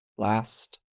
last